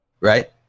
right